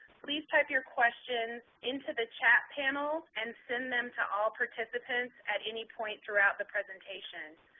please type your questions into the chat panel and send them to all participants at any point throughout the presentation.